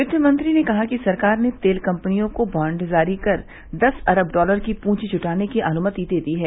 क्तिमंत्री ने कहा कि सरकार ने तेल कंपनियों को बॉन्ड जारी कर दस अरब डॉलर की पूंजी जुटाने की अनुमति दे दी है